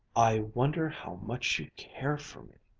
i wonder how much you care for me?